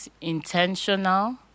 intentional